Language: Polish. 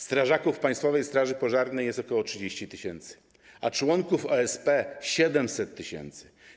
Strażaków Państwowej Straży Pożarnej jest ok. 30 tys. a członków OSP - ok. 700 tys.